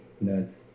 nuts